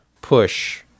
push